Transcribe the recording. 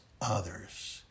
others